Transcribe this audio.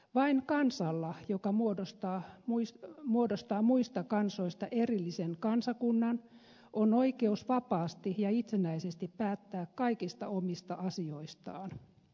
vain kansalla joka muodostaa muista kansoista erillisen kansakunnan on oikeus vapaasti ja itsenäisesti päättää kaikista omista asioistaan